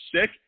sick